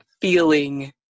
feeling